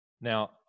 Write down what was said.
Now